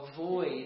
avoid